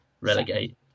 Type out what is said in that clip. Relegate